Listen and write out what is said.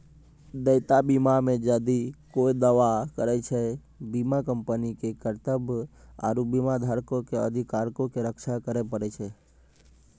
देयता बीमा मे जदि कोय दावा करै छै, बीमा कंपनी के कर्तव्य आरु बीमाधारको के अधिकारो के रक्षा करै पड़ै छै